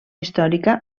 històrica